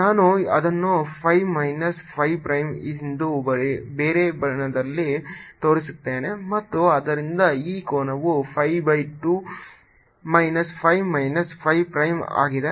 ನಾನು ಅದನ್ನು phi minus phi prime ಎಂದು ಬೇರೆ ಬಣ್ಣದಲ್ಲಿ ತೋರಿಸುತ್ತೇನೆ ಮತ್ತು ಆದ್ದರಿಂದ ಈ ಕೋನವು pi by 2 minus phi minus phi prime ಆಗಿದೆ